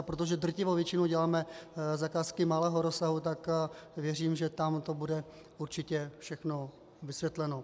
A protože drtivou většinu děláme zakázky malého rozsahu, tak věřím, že tam to bude určitě všechno vysvětleno.